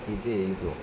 ഇത് എഴുതു